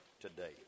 today